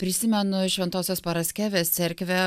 prisimenu šventosios paraskevės cerkvę